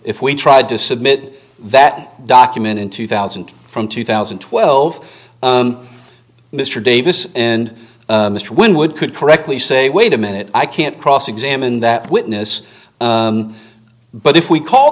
if we tried to submit that document in two thousand from two thousand and twelve mr davis and mr wynn would could correctly say wait a minute i can't cross examine that witness but if we call